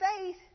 faith